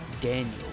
Daniel